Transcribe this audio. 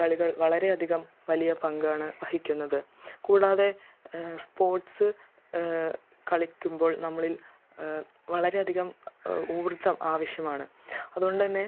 കളികൾ വളരെ അധികം വലിയ പങ്കാണ് വഹിക്കുന്നത് കൂടാതെ സ്പോർട്സ് കളിക്കുമ്പോൾ നമ്മളിൽ വളരെ അധികം ഊർജ്ജം ആവശ്യമാണ് അതുകൊണ്ടന്നെ